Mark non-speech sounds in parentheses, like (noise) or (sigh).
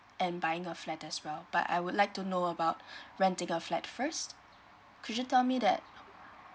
and buying a flat as well but I would like to know about (breath) renting a flat first could you tell me that